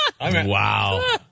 Wow